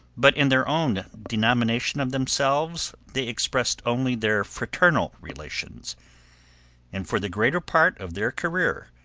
but in their own denomination of themselves they expressed only their fraternal relations and for the greater part of their career,